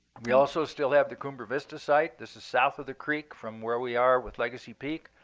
we also still have the cumbre vista site. this is south of the creek from where we are with legacy peak.